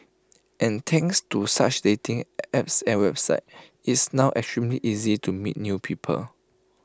and thanks to such dating apps and websites it's now extremely easy to meet new people